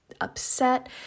upset